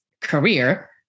career